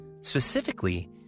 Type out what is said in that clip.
Specifically